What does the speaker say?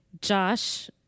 Josh